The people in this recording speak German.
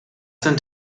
sind